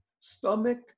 Stomach